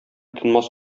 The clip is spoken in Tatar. тынмас